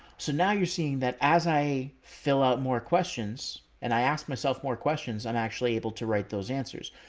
so now you're seeing that as i fill out more questions and i asked myself more questions, i'm actually able to write those answers.